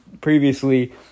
previously